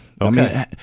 Okay